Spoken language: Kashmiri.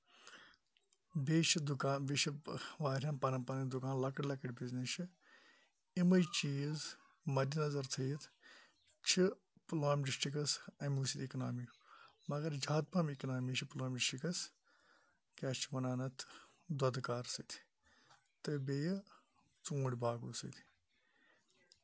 بیٚیہِ چھُ دُکان بیٚیہِ چھُ واریاہن پَنٕنۍ پَنٕنۍ دُکان لۄکٔٹۍ لۄکٔٹۍ بِزنِس چھِ یِمے چیٖز مَدِ نظر تھاوِتھ چھِ پُلوامہِ ڈِسٹرکَس اَمہِ سۭتۍ اِکنومی مَگر زیادٕ پَہن اِکنومی چھِ پُلوامہِ شِکَس کیاہ چھِ وَنان اَتھ دۄدٕ کارٕ سۭتۍ تہٕ بیٚیہِ ژوٗنٹھۍ باغو سۭتۍ